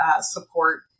support